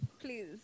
Please